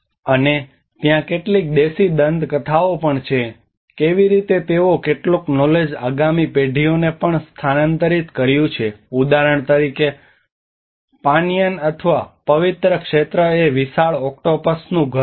અને ત્યાં કેટલીક દેશી દંતકથાઓ પણ છે કે કેવી રીતે તેઓએ કેટલુક નોલેજ આગામી પેઢીઓને પણ સ્થાનાંતરિત કર્યું છે કે ઉદાહરણ તરીકે પાનયાન અથવા પવિત્ર ક્ષેત્ર એ વિશાળ ઓક્ટોપસનું ઘર છે